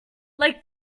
like